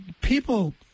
people